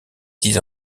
dix